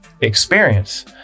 experience